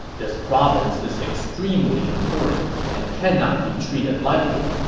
this province is extremely important and cannot be treated lightly.